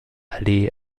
allee